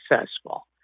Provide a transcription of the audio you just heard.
successful